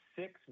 six